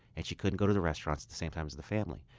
and she couldn't go to the restaurants at the same time as the family.